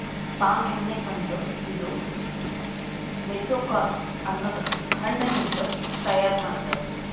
palm ಎಣ್ಣಿ ಅಂದುರ್ ಇದು ಮೆಸೊಕಾರ್ಪ್ ಅನದ್ ಹಣ್ಣ ಲಿಂತ್ ತೈಯಾರ್ ಮಾಡ್ತಾರ್